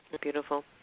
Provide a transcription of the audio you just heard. Beautiful